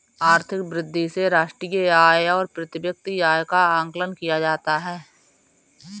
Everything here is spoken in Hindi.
आर्थिक वृद्धि से राष्ट्रीय आय और प्रति व्यक्ति आय का आकलन किया जाता है